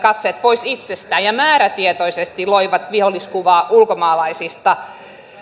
katseet pois itsestään ja määrätietoisesti loivat viholliskuvaa ulkomaalaisista